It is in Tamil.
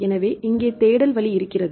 எனவே இங்கே தேடல் வழி இருக்கிறது